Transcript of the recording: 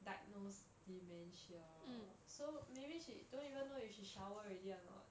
diagnosed dementia so maybe she don't even know if she shower already or not